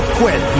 quit